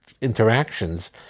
interactions